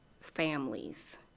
families